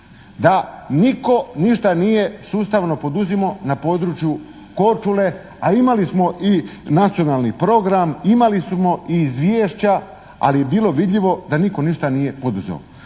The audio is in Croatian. da nitko ništa nije sustavno poduzimao na području Korčule, a imali smo i nacionalni program, imali smo i izvješća, ali je bilo vidljivo da nitko ništa nije poduzeo.